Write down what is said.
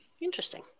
Interesting